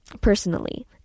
personally